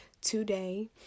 today